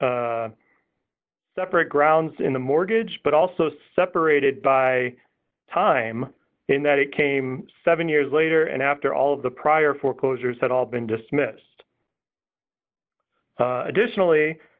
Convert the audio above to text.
separate grounds in the mortgage but also separated by time in that it came seven years later and after all of the prior foreclosures had all been dismissed additionally